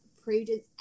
prudence